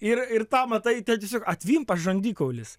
ir ir tą matai tai tiesiog atvimpa žandikaulis